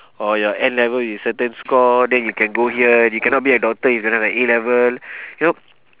or your N-level with certain score then you can go here you cannot be a doctor if you're not at A-level you know